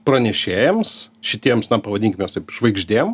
pranešėjams šitiems na pavadinkime su žvaigždėm